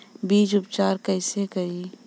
बीज उपचार कईसे करी?